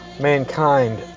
mankind